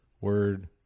word